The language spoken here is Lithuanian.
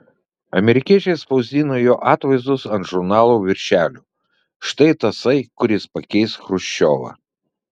amerikiečiai spausdino jo atvaizdus ant žurnalų viršelių štai tasai kuris pakeis chruščiovą